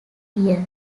year